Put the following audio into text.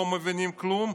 לא מבינים כלום,